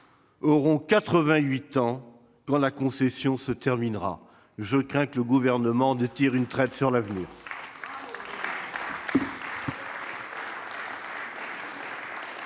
aura 88 ans quand la concession se terminera ! Je crains que le Gouvernement ne tire une traite sur l'avenir.